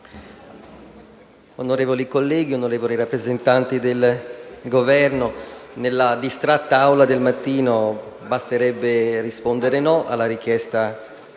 onorevoli colleghi, onorevoli rappresentanti del Governo, nella distratta Aula antimeridiana basterebbe rispondere no alla richiesta